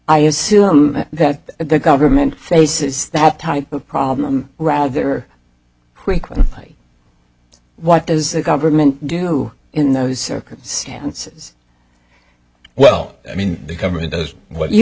i assume that the government faces that type of problem rather quickly what is the government do in those circumstances well i mean the government does what you